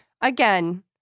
again